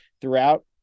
throughout